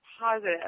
positive